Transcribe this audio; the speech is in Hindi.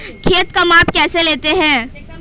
खेत का माप कैसे लेते हैं?